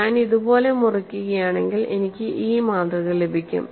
ഞാൻ ഇതുപോലെ മുറിക്കുകയാണെങ്കിൽ എനിക്ക് ഈ മാതൃക ലഭിക്കും